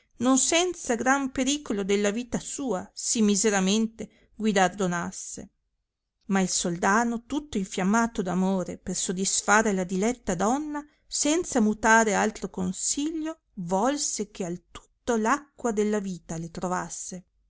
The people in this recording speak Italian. non senza gran pericolo della vita sua sì miseramente guidardonasse ma il soldano tutto infiammato d amore per sodisfare alla diletta donna senza mutare altro consilio volse che al tutto l'acqua della vita le trovasse